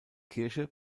kirche